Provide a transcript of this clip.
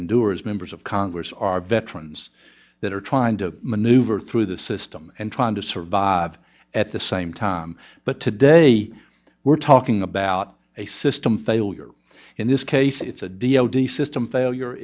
endure as members of congress are veterans that are trying to maneuver through the system and trying to survive at the same time but today we're talking about a system failure in this case it's a d o d system failure